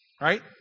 Right